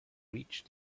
reach